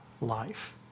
life